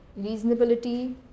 reasonability